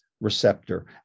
receptor